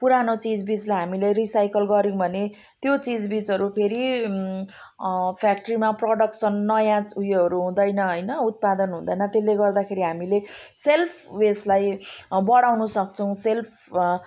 पुरानो चिजबिजलाई हामीले रिसाइकल गऱ्यौँ भने त्यो चिजबिजहरू फेरि फ्याक्ट्रीमा प्रडक्सन नयाँ उयोहरू हुँदैन होइन उत्पादन हुँदैन त्यसले गर्दाखेरि हामीले सेल्फ उयसलाई बढाउनसक्छौँ सेल्फ